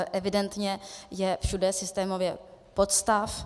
Evidentně je všude systémově podstav.